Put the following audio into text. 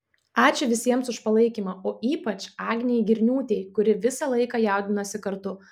ačiū visiems už palaikymą o ypač agnei girniūtei kuri visą laiką jaudinosi kartu